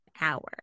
Hour